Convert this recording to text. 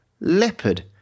Leopard